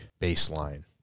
baseline